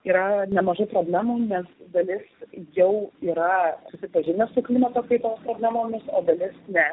yra nemažų problemų nes dalis jau yra susipažinę su klimato kaitos problemomis o dalis ne